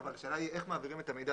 לא, השאלה היא איך מעבירים את המידע.